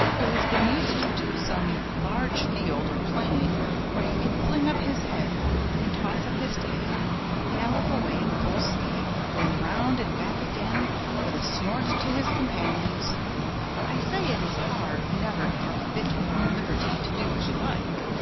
who has been used to some large field or plain where he can fling up his head and toss up his tail and gallop away at full speed, then round and back again with a snort to his companions i say it is hard never to have a bit more liberty to do as you like.